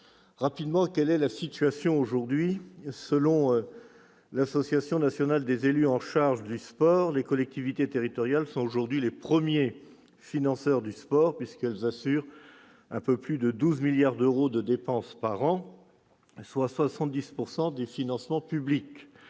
Savin en 2014. Quelle est la situation aujourd'hui ? Selon l'Association nationale des élus en charge du sport, l'ANDES, les collectivités territoriales sont aujourd'hui les premiers financeurs du sport, puisqu'elles assurent un peu plus de 12 milliards d'euros de dépenses par an, soit 70 % des financements publics.